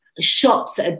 shops